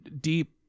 deep